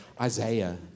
Isaiah